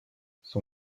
son